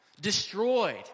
destroyed